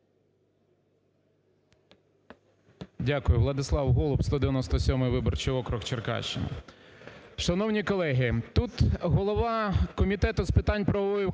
Дякую. Владислав Голуб, 197 виборчий округ, Черкащина. Шановні колеги, тут голова Комітету з питань правової політики